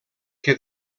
que